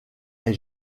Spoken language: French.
est